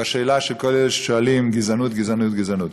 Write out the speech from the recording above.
לשאלה של כל אלה ששואלים: גזענות, גזענות, גזענות,